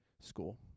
School